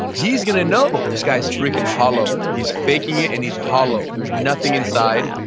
he's going to know. this guy is freaking hollow, he's faking it and he's hollow. there's nothing inside,